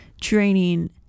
training